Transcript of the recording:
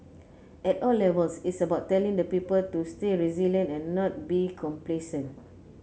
at all levels it's about telling the people to stay resilient and not be complacent